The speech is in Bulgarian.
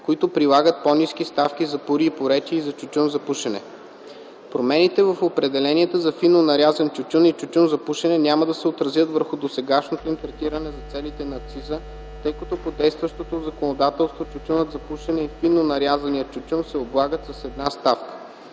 които прилагат по-ниски ставки за пури и пурети и за тютюн за пушене. Промените в определенията за фино нарязан тютюн и тютюн за пушене няма да се отразят върху досегашното им третиране за целите на акциза, тъй като по действащото законодателство тютюнът за пушене и фино нарязаният тютюн се облагат с една ставка.